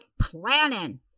planning